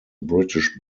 british